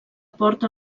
porta